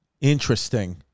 Interesting